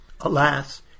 Alas